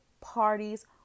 parties